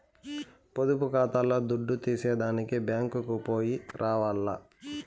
పొదుపు కాతాల్ల దుడ్డు తీసేదానికి బ్యేంకుకో పొయ్యి రావాల్ల